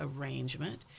arrangement